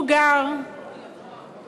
הוא גר בירושלים,